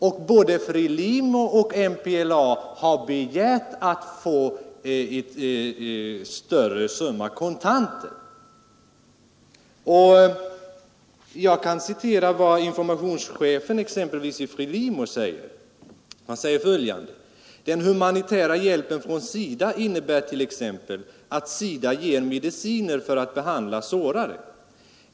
Och båda dessa befrielserörelser har begärt att få en större summa kontanter. Jag kan citera vad informationschefen i FRELIMO säger i det fallet, nämligen följande: ”Den humanitära hjälpen från SIDA innebär t.ex. att SIDA ger mediciner för att behandla sårade.